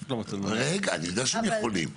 אני יודע שם יכולים.